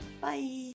Bye